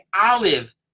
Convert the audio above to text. olive